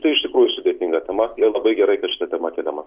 tai iš tikrųjų sudėtinga tema ir labai gerai kad šita tema keliama